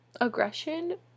aggression